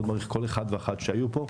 מאוד מעריך כל אחד ואחת שהיו פה,